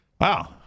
Wow